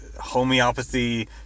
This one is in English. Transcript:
homeopathy